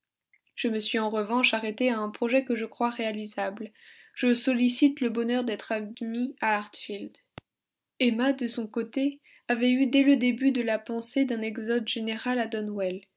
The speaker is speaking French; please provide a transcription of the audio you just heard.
je me suis en revanche arrêté à un projet que je crois réalisable je sollicite le bonheur d'être admis à hartfield emma de son côté avait eu dès le début la pensée d'un exode général à donwell